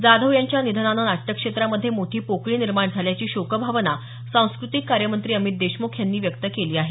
जाधव यांच्या निधनानं नाट्यक्षेत्रामध्ये मोठी पोकळी निर्माण झाल्याची शोकभावना सांस्कृतिक कार्यमंत्री अमित देशमुख यांनी व्यक्त केली आहे